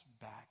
back